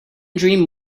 dream